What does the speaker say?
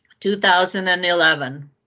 2011